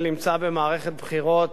בוא נצביע,